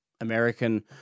American